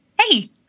hey